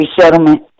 settlement